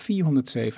407